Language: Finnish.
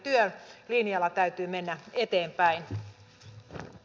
eli työlinjalla täytyy mennä eteenpäin